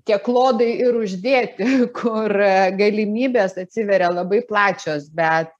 tie klodai ir uždėti kur galimybės atsiveria labai plačios bet